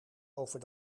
over